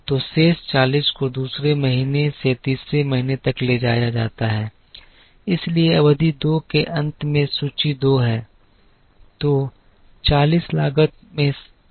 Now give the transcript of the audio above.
तो शेष 40 को दूसरे महीने से तीसरे महीने तक ले जाया जाता है इसलिए अवधि 2 के अंत में सूची 2 है